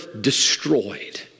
destroyed